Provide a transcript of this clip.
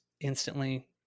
instantly